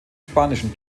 spanischen